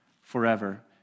forever